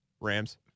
Rams